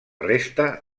resta